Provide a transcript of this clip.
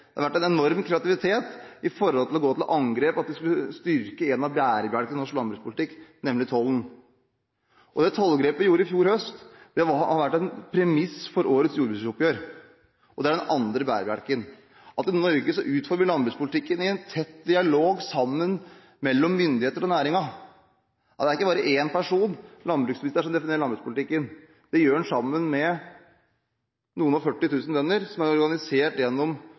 Det har vært en enorm kreativitet når det gjelder å gå til angrep på det at vi skulle styrke én av bærebjelkene i norsk landbrukspolitikk, nemlig tollen. Tollgrepet vi gjorde i fjor høst, har vært et premiss for årets jordbruksoppgjør, og det er den andre bærebjelken: I Norge utformer vi landbrukspolitikken i en tett dialog mellom myndighetene og næringen. Det er ikke bare én person, landbruksministeren, som definerer landbrukspolitikken. Det gjør han sammen med litt over 40 000 bønder, som er organisert gjennom